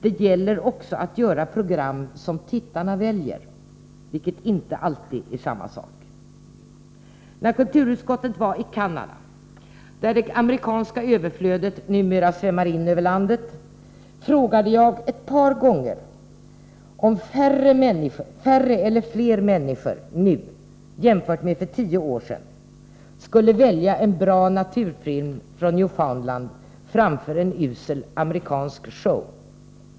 Det gäller också att göra program som tittarna väljer — vilket inte alltid är samma sak. När kulturutskottet var i Canada, där det amerikanska överflödet numera svämmar in över landet, frågade jag ett par gånger om färre eller flera människor nu jämfört med för tio år sedan skulle välja en bra naturfilm från New Foundland framför en usel amerikansk show.